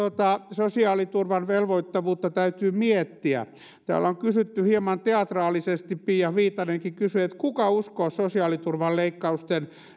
sosiaaliturvan velvoittavuutta täytyy miettiä täällä on kysytty hieman teatraalisesti pia viitanenkin kysyi kuka uskoo sosiaaliturvan leikkausten